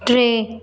टे